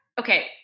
Okay